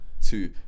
two